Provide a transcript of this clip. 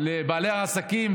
לבעלי העסקים.